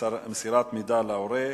(מסירת מידע להורה),